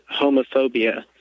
homophobia